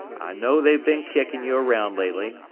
i know they've been kickin' you around lately,